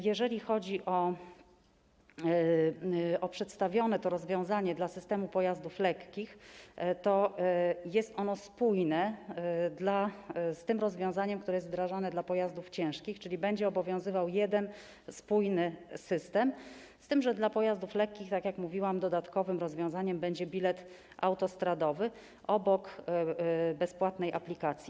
Jeżeli chodzi o to przedstawione rozwiązanie dla systemu pojazdów lekkich, to jest ono spójne z tym rozwiązaniem, które jest wdrażane dla pojazdów ciężkich, czyli będzie obowiązywał jeden spójny system, z tym że dla pojazdów lekkich, tak jak mówiłam, dodatkowym rozwiązaniem będzie bilet autostradowy, obok bezpłatnej aplikacji.